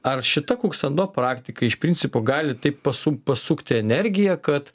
ar šita kuksando praktika iš principo gali taip pasu pasukti energiją kad